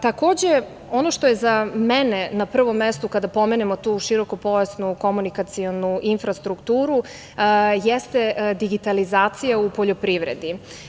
Takođe, ono što je za mene na prvom mestu kada pomenemo tu širokopojasnu komunikacionu infrastrukturu jeste digitalizacija u poljoprivredi.